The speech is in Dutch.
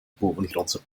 bovengrondse